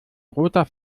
roter